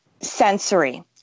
sensory